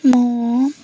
ମୁଁ